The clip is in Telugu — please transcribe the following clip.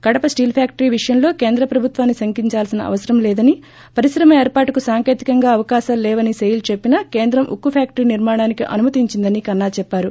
కడప స్టీల్ ఫ్యాక్టరీ విషయంలో కేంద్ర ప్రభుత్వాన్ని శంకించవలసిన అవసరం లేదని పరిశ్రమ ఏర్పాటుకు సాంకేతికంగా అవకాశాలు లేవని సెయిల్ చెప్పినా కేంద్రం ఉక్కు ఫ్వాక్టరీ నిర్మాణానికి అనుమతించిందని కన్నా చెప్పారు